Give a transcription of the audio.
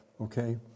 okay